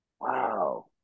Wow